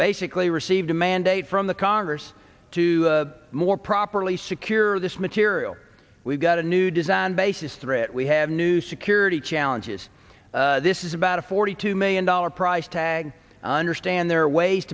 basically received a mandate from the congress to more properly secure this material we've got a new design basis threat we have new security challenges this is about a forty two million dollars price tag on your stand there are ways